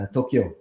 Tokyo